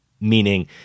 meaning